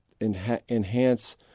enhance